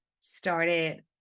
started